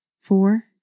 four